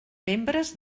membres